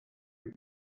est